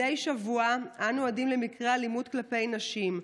מדי שבוע אנו עדים למקרי אלימות כלפי נשים.